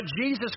Jesus